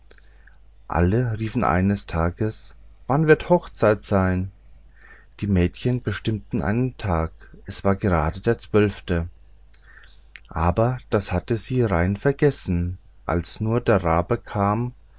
alle riefen eines tages wann wird die hochzeit sein die mädchen bestimmten einen tag es war gerade der zwölfte aber das hatten sie rein vergessen als nun der rabe kam